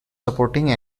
supporting